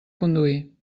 conduir